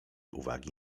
uwagi